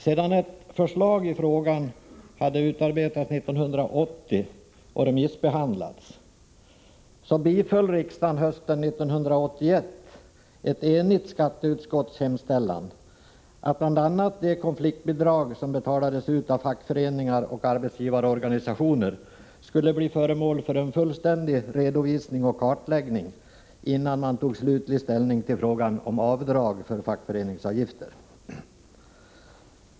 Sedan ett förslag i frågan hade utarbetats 1980 och remissbehandlats, biföll riksdagen hösten 1981 ett enigt skatteutskotts hemställan att bl.a. de konfliktbidrag som betalades ut av fackföreningar och arbetsgivarorganisationer skulle bli föremål för en fullständig redovisning och kartläggning, innan man tog slutlig ställning till frågan om avdrag för fackföreningsavgifter.